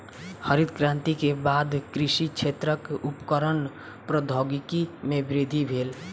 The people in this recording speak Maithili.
हरित क्रांति के बाद कृषि क्षेत्रक उपकरणक प्रौद्योगिकी में वृद्धि भेल